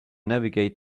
navigate